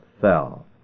fell